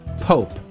pope